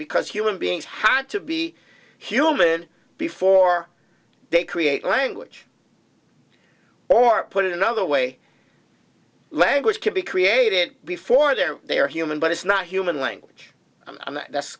because human beings had to be human before they create language or put it another way language could be created before there they are human but it's not human language and that's